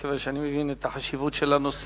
מכיוון שאני מבין את החשיבות של הנושא.